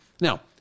Now